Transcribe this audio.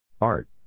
Art